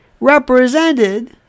represented